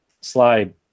slide